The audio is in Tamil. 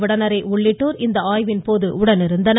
வடநேரே உள்ளிட்டோர் இந்த ஆய்வின் போது உடனிருந்தனர்